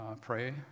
pray